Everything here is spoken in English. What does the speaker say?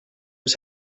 was